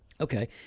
okay